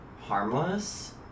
harmless